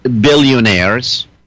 billionaires